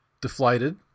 deflated